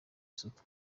isuku